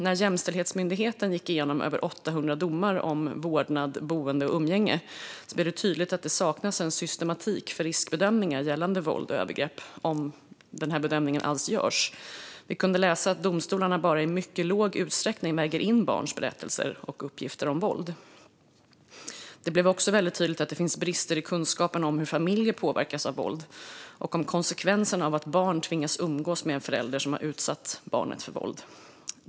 När Jämställdhetsmyndigheten gick igenom över 800 domar om vårdnad, boende och umgänge blev det tydligt att det saknas en systematik för riskbedömningar gällande våld och övergrepp, om någon sådan bedömning alls görs. Vi kunde läsa att domstolarna i mycket liten utsträckning väger in barns berättelser och uppgifter om våld. Det blev också väldigt tydligt att det finns brister i kunskapen om hur familjer påverkas av våld och om konsekvenserna av att barn tvingas umgås med en förälder som har utsatt barnet för våld.